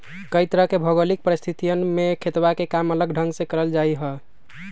कई तरह के भौगोलिक परिस्थितियन में खेतवा के काम अलग ढंग से कइल जाहई